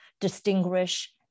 distinguish